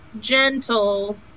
gentle